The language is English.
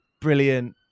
brilliant